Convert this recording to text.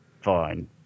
Fine